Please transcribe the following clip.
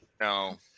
No